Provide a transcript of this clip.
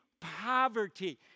poverty